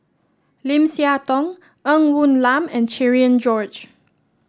Lim Siah Tong Ng Woon Lam and Cherian George